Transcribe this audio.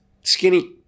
skinny